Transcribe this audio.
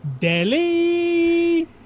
Delhi